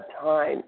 time